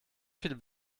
viel